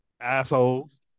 Assholes